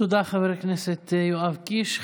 תודה, חבר הכנסת יואב קיש.